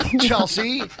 Chelsea